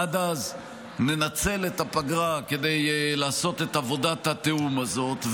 עד אז ננצל את הפגרה כדי לעשות את עבודת התיאום הזאת.